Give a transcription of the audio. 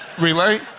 Relay